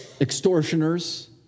extortioners